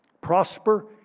prosper